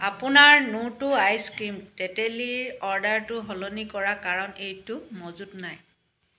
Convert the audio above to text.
আপোনাৰ নোটো ice cream তেতেলীৰ অৰ্ডাৰটো সলনি কৰা কাৰণ এইটো মজুত নাই